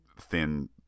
thin